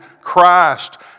Christ